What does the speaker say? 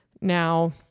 Now